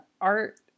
art